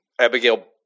Abigail